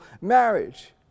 marriage